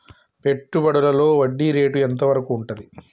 పెట్టుబడులలో వడ్డీ రేటు ఎంత వరకు ఉంటది?